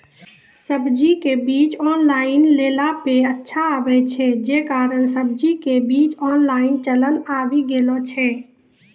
सब्जी के बीज ऑनलाइन लेला पे अच्छा आवे छै, जे कारण सब्जी के बीज ऑनलाइन चलन आवी गेलौ छै?